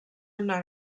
una